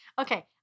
Okay